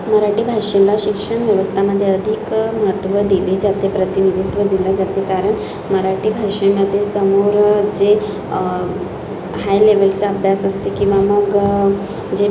मराठी भाषेला शिक्षणव्यवस्थामध्ये अधिक महत्व दिले जाते प्रतिनिधित्व दिल्या जाते कारण मराठी भाषेमध्ये समोर जे हाय लेवलचा अभ्यास असते किंवा मग जे